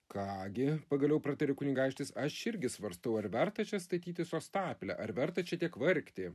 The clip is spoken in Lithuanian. ką gi pagaliau pratarė kunigaikštis aš irgi svarstau ar verta čia statyti sostapilę ar verta šitiek vargti